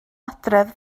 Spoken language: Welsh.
adref